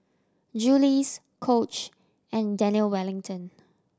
Julie's Coach and Daniel Wellington